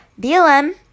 BLM